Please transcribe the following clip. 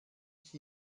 ich